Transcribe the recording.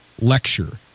lecture